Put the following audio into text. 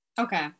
Okay